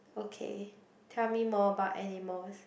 okay tell me more about animals